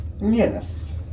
Yes